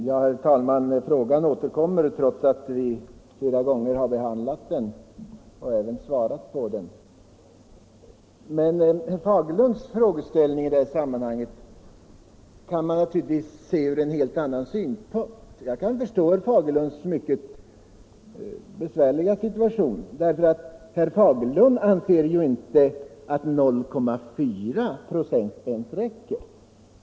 Herr talman! Frågan återkommer trots att vi flera gånger behandlat den och svarat på den. Herr Fagerlunds frågeställning i detta sammanhang kan man naturligtvis se från en helt annan synpunkt. Jag kan förstå att herr Fagerlund är i en besvärlig situation. Herr Fagerlund anser ju att inte ens 0,4 96 räcker.